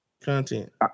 Content